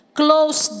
close